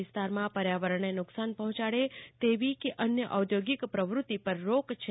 વિસ્તારમાં પર્યાવરણને નુકશાન પહોંચાડે તેવી ક અન્ય આધોગિક પ્રવ્રતિ પર રોક છે